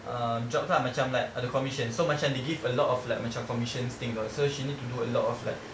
um jobs ah macam like ada commissions so macam they give a lot of like commission things [tau] so she need to do a lot of like